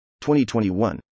2021